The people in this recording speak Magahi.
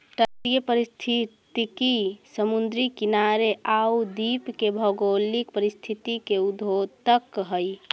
तटीय पारिस्थितिकी समुद्री किनारे आउ द्वीप के भौगोलिक परिस्थिति के द्योतक हइ